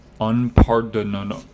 Unpardonable